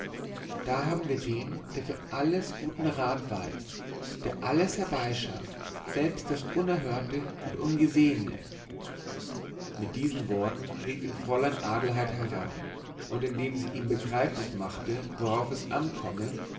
da haben wir den der für alles guten rat weiß der alles herbeischafft selbst das unerhörte und ungesehene mit diesen worten rief ihn fräulein adelheid heran und indem sie ihm begreiflich machte worauf es ankomme